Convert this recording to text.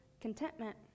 contentment